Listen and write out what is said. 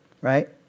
right